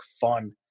fun